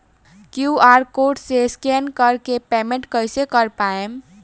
QR code से scan कर के पेमेंट कइसे कर पाएम?